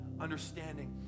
understanding